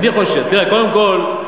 תראה, קודם כול,